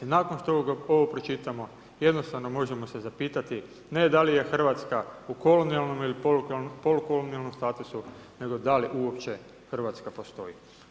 Nakon što ovo pročitamo, jednostavno možemo se zapitati, ne da li je Hrvatska u kolonijalnom ili polukolonijalnom statusu, nego da li uopće Hrvatska postoji.